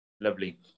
Lovely